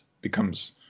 becomes